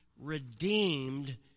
redeemed